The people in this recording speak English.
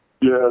Yes